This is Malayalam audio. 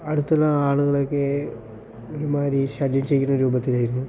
അടുത്തുള്ള ആളുകളെ ഒക്കെ ഒരുമാതിരി ശല്യം ചെയ്യുന്ന രൂപത്തിലായിരുന്നു